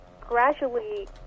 gradually